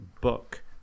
book